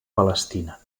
palestina